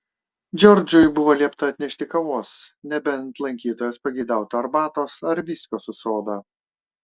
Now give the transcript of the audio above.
džordžui buvo liepta atnešti kavos nebent lankytojas pageidautų arbatos ar viskio su soda